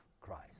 Christ